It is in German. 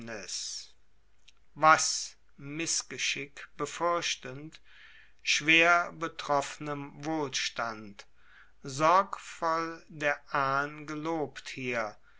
was missgeschick befuerchtend schwer betroffnem wohlstand sorgvoll der ahn gelobt hier